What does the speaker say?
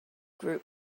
group